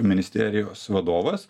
ministerijos vadovas